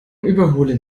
überhole